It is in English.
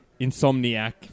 Insomniac